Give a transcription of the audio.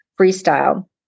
freestyle